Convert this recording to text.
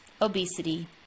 obesity